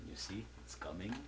you see coming